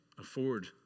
afford